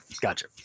gotcha